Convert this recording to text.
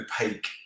opaque